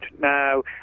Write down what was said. Now